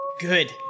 Good